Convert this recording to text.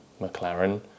McLaren